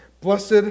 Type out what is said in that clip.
Blessed